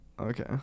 Okay